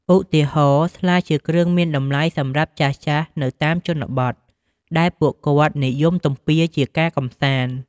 ឧទាហរណ៍ ស្លា ជាគ្រឿងមានតម្លៃសម្រាប់ចាស់ៗនៅតាមជនបទ ដែលពួកគាត់និយមទំពាជាការកម្សាន្ត។